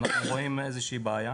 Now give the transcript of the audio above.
אנחנו רואים איזו שהיא בעיה,